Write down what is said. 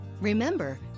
Remember